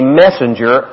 messenger